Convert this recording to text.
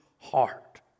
heart